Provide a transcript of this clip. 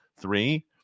three